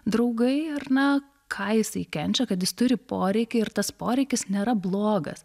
draugai ir na ką jisai kenčia kad jis turi poreikį ir tas poreikis nėra blogas